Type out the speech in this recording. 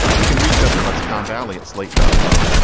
you can reach us at lexicon valley at slate dot com.